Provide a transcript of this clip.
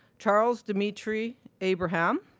charles dimitry abraham,